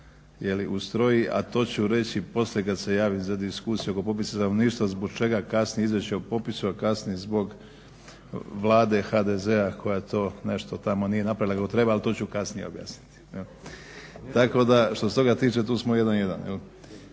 a to ću reći poslije kada se javim za diskusiju oko popisa stanovništva zbog čega kasni izvješće o popisu, a kasni zbog vlade HDZ-a koja to nešto tamo nije napravila kako treba ali to ću kasnije objasniti. Tako što se toga tiče tu smo jedan jedan.